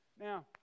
Now